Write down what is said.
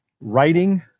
writing